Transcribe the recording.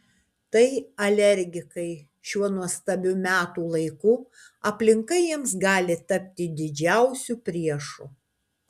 tai alergikai šiuo nuostabiu metų laiku aplinka jiems gali tapti didžiausiu priešu